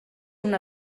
una